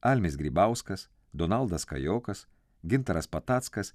almis grybauskas donaldas kajokas gintaras patackas